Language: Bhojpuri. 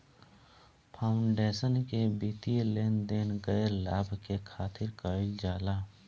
फाउंडेशन के वित्तीय लेन देन गैर लाभ के खातिर कईल जाला